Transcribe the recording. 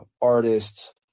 artists